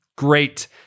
great